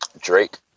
drake